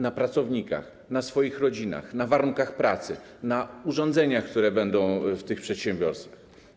Na pracownikach, na swoich rodzinach, na warunkach pracy, na urządzeniach, które będą w tych przedsiębiorstwach.